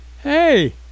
Hey